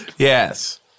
Yes